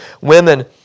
women